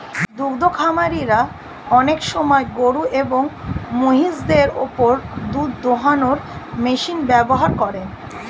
দুদ্ধ খামারিরা অনেক সময় গরুএবং মহিষদের ওপর দুধ দোহানোর মেশিন ব্যবহার করেন